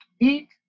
eat